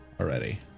already